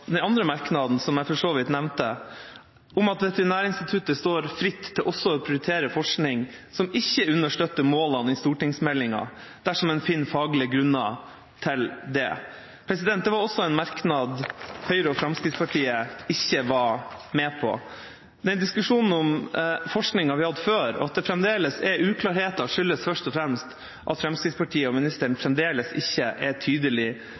den andre merknaden, som jeg for så vidt nevnte, om at Veterinærinstituttet står fritt til også å prioritere forskning som ikke understøtter målene i stortingsmeldingen, dersom en finner faglige grunner for det. Dette var også en merknad Høyre og Fremskrittspartiet ikke var med på. Den diskusjonen om forskning har vi hatt før, og at det fremdeles er uklarheter skyldes først og fremst at Fremskrittspartiet og ministeren fremdeles ikke er tydelig